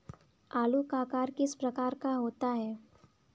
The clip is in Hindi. आलू का आकार किस प्रकार का होता है?